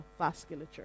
vasculature